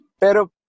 Pero